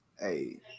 Hey